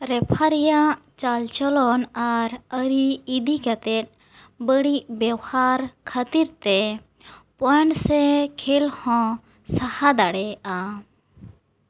ᱨᱮᱯᱷᱟᱨᱤᱭᱟᱜ ᱪᱟᱞᱪᱚᱞᱚᱱ ᱟᱨ ᱟ ᱨᱤ ᱤᱫᱤ ᱠᱟᱛᱮᱫ ᱵᱟᱹᱲᱤᱡ ᱵᱮᱣᱦᱟᱨ ᱠᱷᱟ ᱛᱤᱨ ᱛᱮ ᱯᱚᱭᱮᱱᱴ ᱥᱮ ᱠᱷᱮᱞ ᱦᱚᱸ ᱥᱟᱦᱟ ᱫᱟᱲᱮᱭᱟᱜᱼᱟ